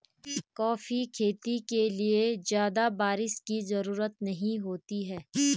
coffee खेती के लिए ज्यादा बाऱिश की जरूरत नहीं होती है